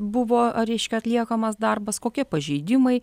buvo ar reiškia atliekamas darbas kokie pažeidimai